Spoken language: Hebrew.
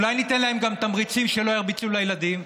אולי ניתן להם גם תמריצים שלא ירביצו לילדים?